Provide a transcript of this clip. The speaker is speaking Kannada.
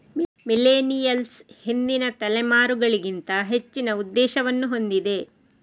ಮಿಲೇನಿಯಲ್ಸ್ ಹಿಂದಿನ ತಲೆಮಾರುಗಳಿಗಿಂತ ಹೆಚ್ಚಿನ ಉದ್ದೇಶವನ್ನು ಹೊಂದಿದೆ